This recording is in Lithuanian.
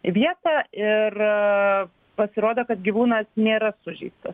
vietą ir pasirodo kad gyvūnas nėra sužeistas